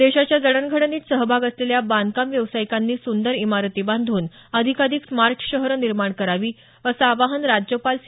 देशाच्या जडणघडणीत सहभाग असलेल्या बांधकाम व्यावसायिकांनी सुंदर इमारती बांधून अधिकाधिक स्मार्ट शहरं निर्माण करावी असं आवाहन राज्यपाल सी